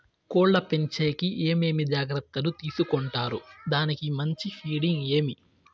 కోళ్ల పెంచేకి ఏమేమి జాగ్రత్తలు తీసుకొంటారు? దానికి మంచి ఫీడింగ్ ఏమి?